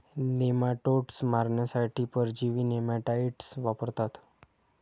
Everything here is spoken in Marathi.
नेमाटोड्स मारण्यासाठी परजीवी नेमाटाइड्स वापरतात